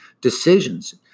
decisions